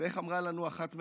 איך אמרה לנו אחת מהן?